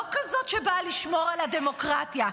לא כזאת שבאה לשמור על הדמוקרטיה,